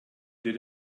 did